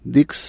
Dix